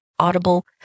audible